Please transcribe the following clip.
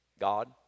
God